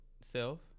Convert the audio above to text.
self